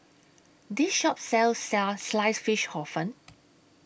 This Shop sells Sliced Fish Hor Fun